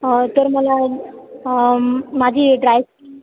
तर मला माझी ड्रायस्कीन